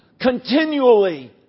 continually